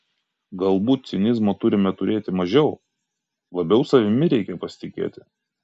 galbūt cinizmo turime turėti mažiau labiau savimi reikia pasitikėti